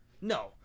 No